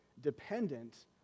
dependent